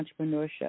entrepreneurship